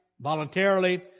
voluntarily